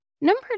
Number